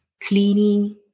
cleaning